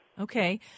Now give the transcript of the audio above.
Okay